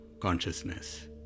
consciousness